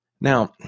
Now